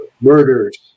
murders